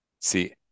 see